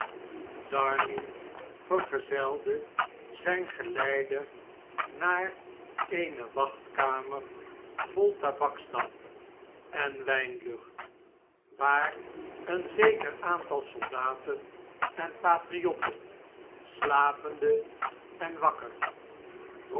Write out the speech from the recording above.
darnay vergezelde zijn geleider naar eene wachtkamer vol tabaksdamp en wijnlucht waar een zeker aantal soldaten en patriotten slapende en wakker